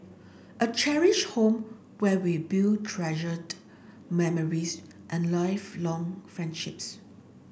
a cherished home where we build treasured memories and lifelong friendships